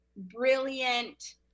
brilliant